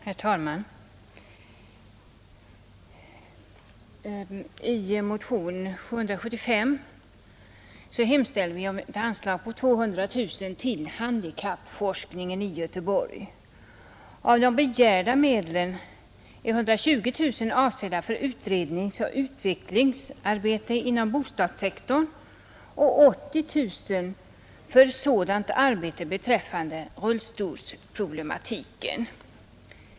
Herr talman! I motionen 775 hemställer vi om ett anslag på 200 000 kronor till handikappforskningen i Göteborg. Av de begärda medlen är 120 000 kronor avsedda för utredningsoch utvecklingsarbete inom bostadssektorn och 80 000 kronor för sådant arbete beträffande rullstolsproblematiken.